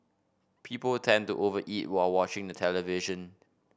people tend to over eat while watching the television